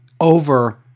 Over